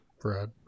brad